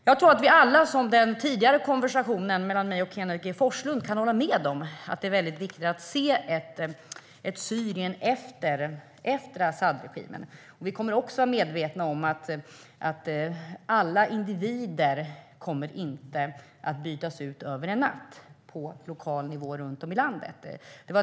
Jag tror att vi alla kan hålla med om att det är viktigt att tänka på hur ett Syrien efter Asadregimen ska se ut, vilket jag och Kenneth G Forslund diskuterade i vårt replikskifte tidigare. Vi måste vara medvetna om att alla individer på lokal nivå runt om i landet inte kommer att bytas ut över en natt.